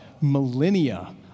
millennia